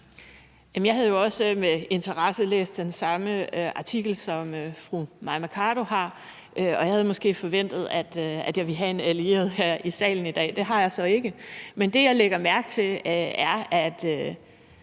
Jeg havde jo også med interesse læst den samme artikel, som fru Mai Mercado har, og jeg havde måske forventet, at jeg ville have en allieret her i salen i dag. Det har jeg så ikke. Men det, jeg lægger mærke til, er,